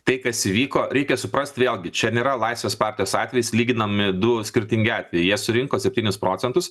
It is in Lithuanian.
tai kas įvyko reikia suprast vėlgi čia nėra laisvės partijos atvejis lyginami du skirtingi atvejai jie surinko septynis procentus